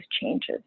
changes